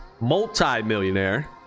Multi-millionaire